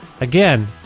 Again